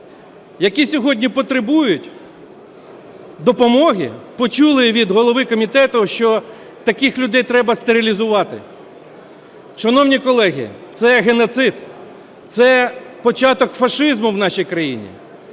які сьогодні потребують допомоги, почули від голови комітету, що таких людей треба стерилізувати. Шановні колеги, це геноцид, це початок фашизму в нашій країні.